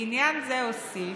לעניין זה אוסיף,